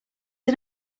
was